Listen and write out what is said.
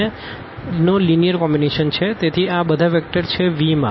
નો linear combination છે તેથી આ બધા વેક્ટર છે V માં